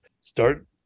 Start